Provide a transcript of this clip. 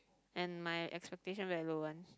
and my expectation very low one